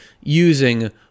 using